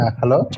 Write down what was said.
Hello